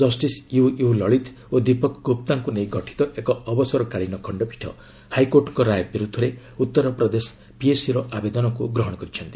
justice U U Lalit ଓ ଦୀପକ ଗୁପ୍ତାଙ୍କୁ ନେଇ ଗଠିତ ଏକ ଅବସରକାଳୀନ ଖଣ୍ଡପୀଠ ହାଇକୋର୍ଟଙ୍କ ରାୟ ବିରୁଦ୍ଧରେ ଉତ୍ତରପ୍ରଦେଶ ପିଏସ୍ସିର ଆବେଦନକୁ ଗ୍ରହଣ କରିଛନ୍ତି